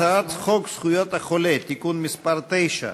הצעת חוק זכויות החולה (תיקון מס' 9),